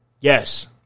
Yes